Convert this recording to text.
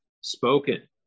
spoken